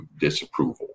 disapproval